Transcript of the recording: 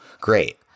Great